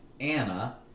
Anna